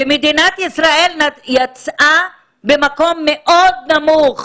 מדינת ישראל יצאה במקום מאוד נמוך